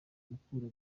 mukura